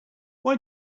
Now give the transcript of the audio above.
why